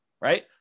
right